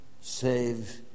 save